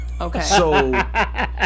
okay